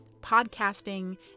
podcasting